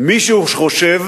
מישהו חושב